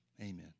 amen